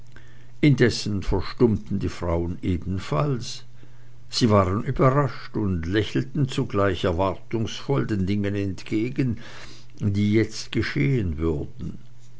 indessen verstummten die frauen ebenfalls sie waren überrascht und lächelten zugleich erwartungsvoll den dingen entgegen die jetzt geschehen würden